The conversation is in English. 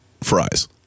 Fries